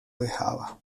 dejaba